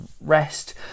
rest